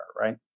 right